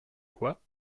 quoi